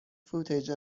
footage